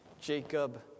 Jacob